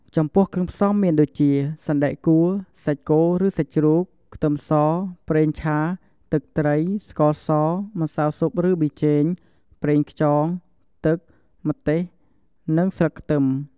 ចំពោះគ្រឿងផ្សំមានដូចជា សណ្ដែកគួរ សាច់គោឬសាច់ជ្រូក ខ្ទឹមស ប្រេងឆា ទឹកត្រី ស្ករស ម្សៅស៊ុបឬប៊ីចេង ប្រេងខ្យង ទឹក ម្ទេស និងស្លឹកខ្ទឹម។